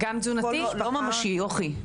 לא ממשי, יוכי.